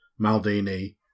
Maldini